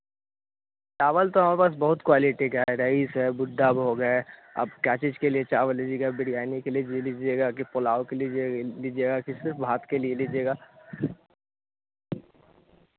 चावल तो हमारे पास बहुत क्वालिटी का है रईस है बुड्डा हो गया है अब क्या चीज़ के लिए चावल लीजियग बिरयानी के लिए जी लीजिएगा कि पुलाव के लिए लीजिएगा कि सिर्फ़ भात के लिए लीजिएगा